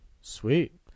sweet